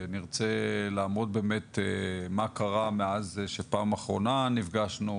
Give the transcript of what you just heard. ונרצה לעמוד באמת מה קרה מאז שפעם אחרונה נפגשנו,